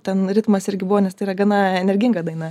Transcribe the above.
ten ritmas irgi buvo nes tai yra gana energinga daina